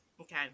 Okay